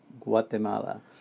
Guatemala